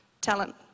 Talent